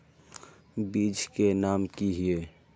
बीज के नाम की हिये?